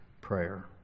prayer